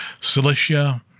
Cilicia